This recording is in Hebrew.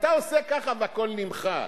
אתה עושה ככה והכול נמחק.